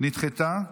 נדחתה.